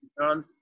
done